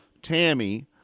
Tammy